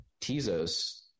Tezos